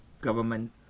government